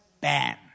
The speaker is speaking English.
Bam